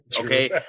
Okay